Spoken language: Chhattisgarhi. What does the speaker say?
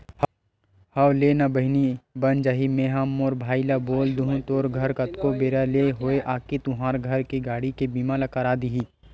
हव लेना ना बहिनी बन जाही मेंहा मोर भाई ल बोल दुहूँ तोर घर कतको बेरा ले होवय आके तुंहर घर के गाड़ी के बीमा ल कर दिही